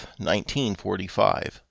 1945